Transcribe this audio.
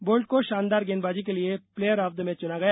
बोल्टल को शानदार गेंदबाजी के लिए प्लेटयर ऑफ द मैच चुना गया